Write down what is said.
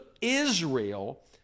Israel